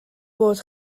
bod